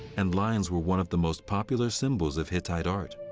and lions were one of the most popular symbols of hittite art.